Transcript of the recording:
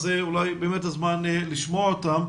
אז אולי זה הזמן לשמוע אותם.